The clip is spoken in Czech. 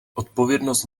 odpovědnost